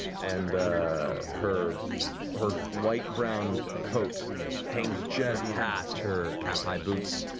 and her her light brown coat hangs just past her calf-high boots.